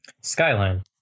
Skyline